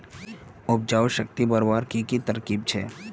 उपजाऊ शक्ति बढ़वार की की तरकीब छे?